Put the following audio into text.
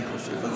אני חושב.